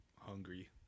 hungry